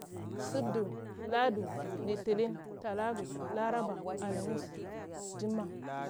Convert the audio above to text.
Subdue, ldu, litilin, talagu, laraba, alumis, njumma'a.